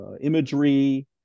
imagery